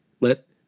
Let